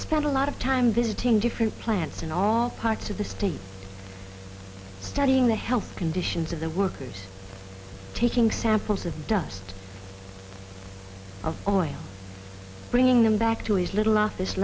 spent a lot of time visiting different plants in all parts of the state studying the health conditions of the workers taking samples of dust of oil bringing them back to his little office